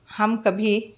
ہم کبھی